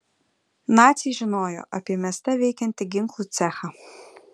naciai žinojo apie mieste veikiantį ginklų cechą